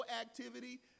activity